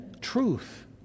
truth